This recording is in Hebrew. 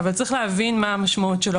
אבל צריך להבין מה המשמעות שלו.